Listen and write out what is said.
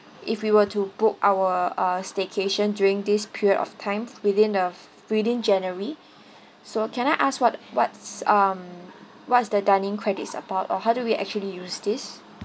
if we were to book our uh staycation during this period of times within the within january so can I ask what what's um what's the dining credit is about or how do we actually use this